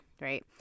right